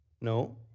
No